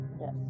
Yes